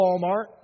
Walmart